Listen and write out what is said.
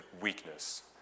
weakness